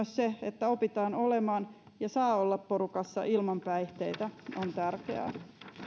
se että opitaan olemaan ja saa olla porukassa ilman päihteitä on tärkeää